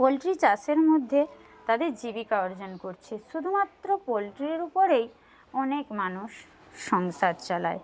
poultry চাষের মধ্যে তাদের জীবিকা অর্জন করছে শুধুমাত্র পোলট্রির উপরেই অনেক মানুষ সংসার চালায়